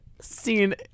scene